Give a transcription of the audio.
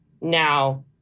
Now